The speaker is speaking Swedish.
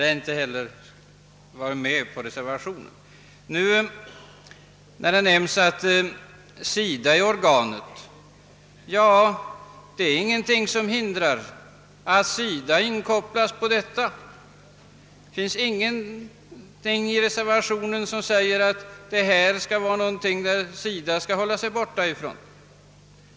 Med anledning av uttalandet att SIDA är det organ, som skall ombesörja detta, vill jag säga att det är ingenting som hindrar, att SIDA inkopplas på dessa frågor. Det finns ingenting i reservationen som säger att SIDA skulle hållas utanför.